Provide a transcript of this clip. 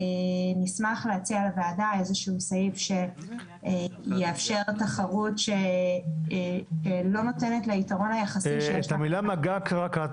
נשמח להציע לוועדה איזשהו סעיף שינטרל את היתרון היחסי שיש להם